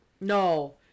no